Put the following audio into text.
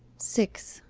six.